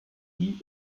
die